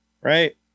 right